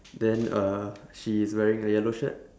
then uh she is wearing a yellow shirt